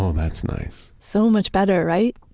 um that's nice so much better, right?